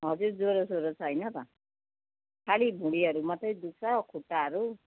हजुर ज्वरोसोरो छैन त खाली भुँडीहरू मात्रै दुख्छ खुट्टाहरू